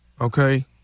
okay